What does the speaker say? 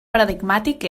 paradigmàtic